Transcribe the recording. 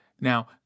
Now